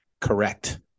Correct